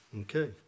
Okay